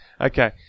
Okay